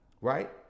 right